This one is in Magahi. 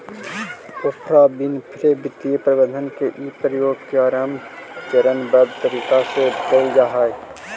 ओफ्रा विनफ्रे वित्तीय प्रबंधन के इ प्रयोग के आरंभ चरणबद्ध तरीका में कैइल जा हई